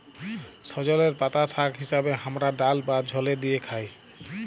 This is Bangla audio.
সজলের পাতা শাক হিসেবে হামরা ডাল বা ঝলে দিয়ে খাই